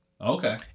Okay